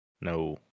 No